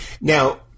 Now